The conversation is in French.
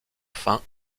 fin